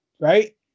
right